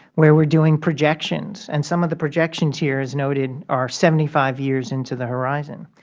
where we are doing projections. and some of the projections here, as noted, are seventy five years into the horizon,